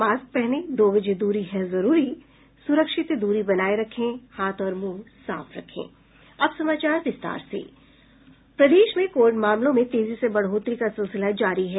mask पहनें दो गज दूरी है जरूरी सुरक्षित दूरी बनाये रखें हाथ और मुंह साफ रखें अब समाचार विस्तार से प्रदेश में कोविड मामलों में तेजी से बढ़ोतरी का सिलसिला जारी है